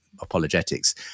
apologetics